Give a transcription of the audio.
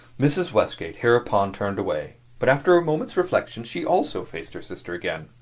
mrs. westgate hereupon turned away, but after a moment's reflection she also faced her sister again.